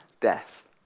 death